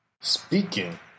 speaking